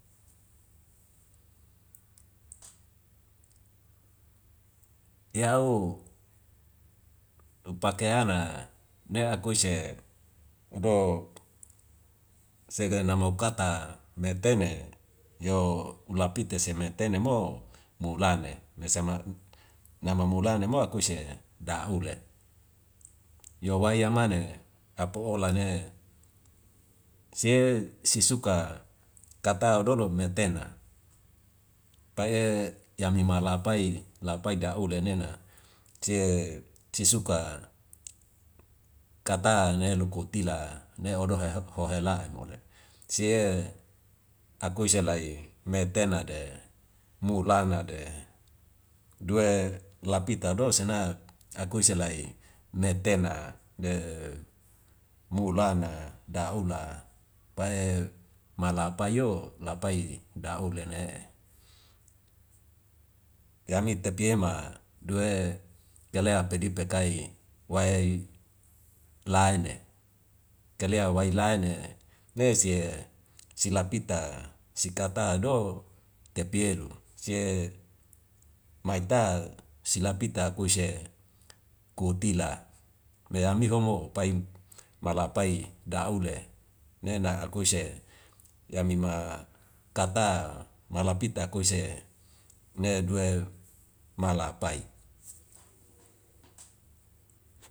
Yau upakae na ne akuise ado sega na ma ukata metene yo lapite seme tene mo mulane mese ma nama mulane mo akuise da ule yo wai yamane apa ola ne. Sie sisuka kata odolo metena. Pae yamima lapai, lapai la uda denena sie sisuka kata ne elu kutila ne odo hehola'an ole. Sie akuise lai metena de mulana de due lapita do sena akuise lai metena de mulana da ula pae ma lapayo, lapai da ulene yami tapi ema due galea pedi pekai wai laine kalia wai laine le sie silapita sikata do tepielu sie maita silapita akuise kutila me amihomo pai mala pai da ule nena akuise yamima kata malapita akuise ne due malapai.